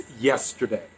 yesterday